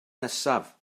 nesaf